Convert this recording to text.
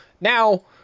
Now